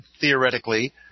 theoretically